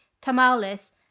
tamales